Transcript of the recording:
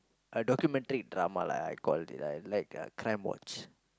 documentary drama lah I call it I like crimewatch